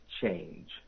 Change